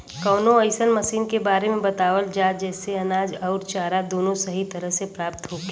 कवनो अइसन मशीन के बारे में बतावल जा जेसे अनाज अउर चारा दोनों सही तरह से प्राप्त होखे?